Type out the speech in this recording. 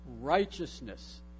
righteousness